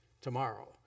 tomorrow